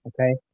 okay